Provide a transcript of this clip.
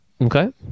Okay